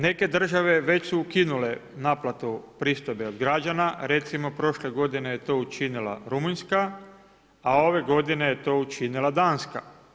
Neke države već su ukinule naplatu pristojbe od građana, recimo prošle godine je to učinila Rumunjska, a ove godine je to učinila Danska.